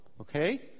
Okay